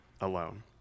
alone